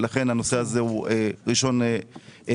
ולכן הנושא הזה הוא ראשון במעלה,